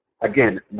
again